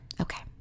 Okay